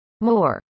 More